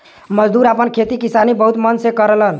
मजदूर आपन खेती किसानी बहुत मन से करलन